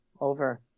over